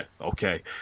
Okay